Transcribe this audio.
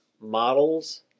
models